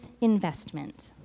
investment